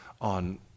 on